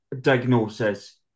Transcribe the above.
diagnosis